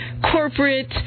corporate